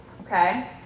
okay